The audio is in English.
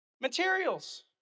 materials